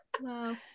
Wow